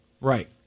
Right